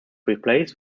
replaced